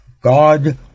God